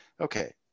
okay